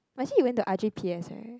but actually you went to R_G_P_S [right]